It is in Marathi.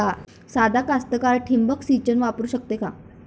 सादा कास्तकार ठिंबक सिंचन वापरू शकते का?